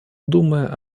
думая